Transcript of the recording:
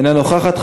אינה נוכחת.